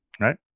right